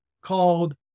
called